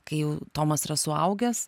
kai jau tomas yra suaugęs